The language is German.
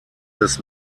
des